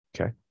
Okay